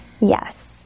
Yes